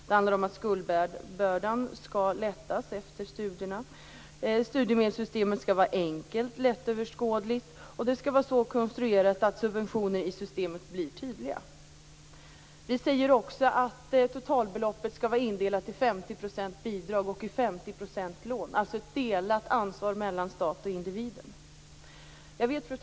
Det handlar om att skuldbördan skall lättas efter studierna. Studiemedelssystemet skall vara enkelt, lättöverskådligt och det skall vara så konstruerat att subventioner i systemet blir tydliga. Vi säger också att totalbeloppet skall vara indelat i 50 % bidrag och 50 % lån, dvs. ett delat ansvar mellan staten och individen. Fru talman!